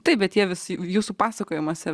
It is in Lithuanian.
taip bet jie vis jūsų pasakojimuose